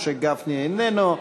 משה גפני, איננו.